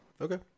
Okay